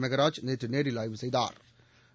மெகராஜ் நேற்று நேரில் ஆய்வு செய்தாா்